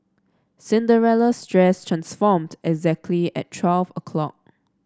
Cinderella's dress transformed exactly at twelve o'clock